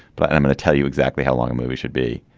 but i'm going to tell you exactly how long a movie should be.